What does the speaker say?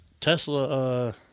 Tesla